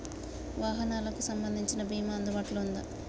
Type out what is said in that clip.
వాహనాలకు సంబంధించిన బీమా అందుబాటులో ఉందా?